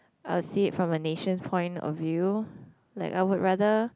I'll see it from a nation point of view like I would rather